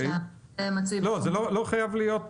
זה לא חייב להיות